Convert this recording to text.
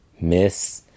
miss